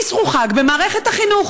אסרו חג במערכת החינוך.